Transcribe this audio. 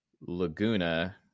Laguna